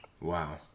Wow